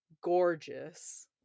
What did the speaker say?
gorgeous